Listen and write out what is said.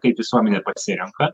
kaip visuomenė pasirenka